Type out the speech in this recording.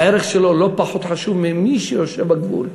הערך שלו לא פחות חשוב משל מי שיושב בגבול,